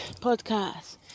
podcast